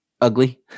ugly